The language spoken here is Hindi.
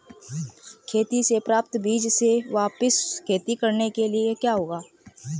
खेती से प्राप्त बीज से वापिस खेती करने से क्या होगा?